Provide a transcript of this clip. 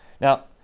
Now